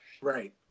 Right